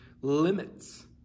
limits